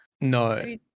No